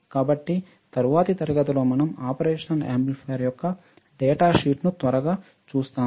కాబట్టి తరువాతి తరగతిలో మనం ఆపరేషనల్ యాంప్లిఫైయర్ యొక్క డేటా షీట్ను త్వరగా చూస్తాము